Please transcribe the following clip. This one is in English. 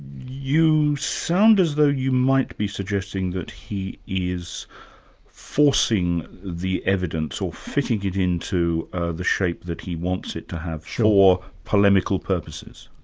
you sound as though you might be suggesting that he is forcing the evidence, or fitting it into ah the shape that he wants it to have for polemical purposes.